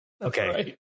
Okay